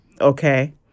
Okay